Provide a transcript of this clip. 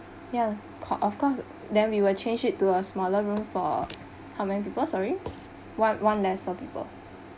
ya co~ of course then we will change it to a smaller room for how many people sorry one one lesser people